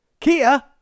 Kia